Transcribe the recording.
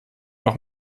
noch